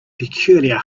peculiar